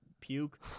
puke